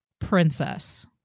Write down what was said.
princess